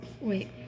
wait